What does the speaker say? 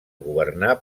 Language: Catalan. governar